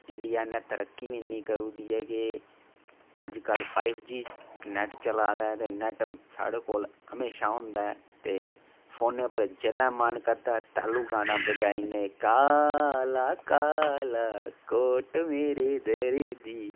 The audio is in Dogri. इंडिया ने तरक्की बी इन्नी करी ओड़ी दी है के अजकल फाइब जी नेट चला दा ऐ ते नेट साढ़े कोल हमेशा होंदा ऐ ते फोने उप्पर जेल्लै मन करदा ऐ तालू गाना बजाई ओड़ने काला काला कोट मेरे दर्जी